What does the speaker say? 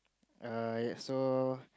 err yeah so